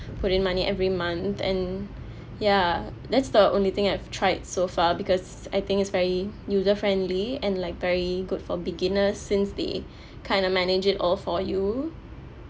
put in money every month and ya that's the only thing I've tried so far because I think it's very user friendly and like very good for beginners since they kind of manage it all for you